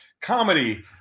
comedy